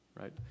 right